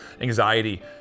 anxiety